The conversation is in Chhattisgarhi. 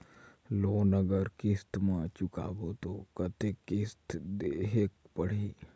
लोन अगर किस्त म चुकाबो तो कतेक किस्त देहेक पढ़ही?